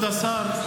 כבוד השר,